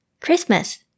Christmas